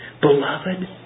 Beloved